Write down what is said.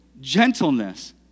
gentleness